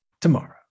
tomorrow